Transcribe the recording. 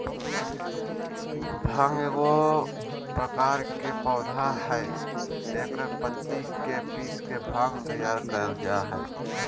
भांग एगो प्रकार के पौधा हइ एकर पत्ति के पीस के भांग तैयार कइल जा हइ